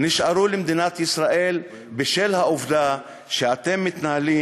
נשארו למדינת ישראל בשל העובדה שאתם מתנהלים